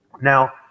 Now